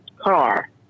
car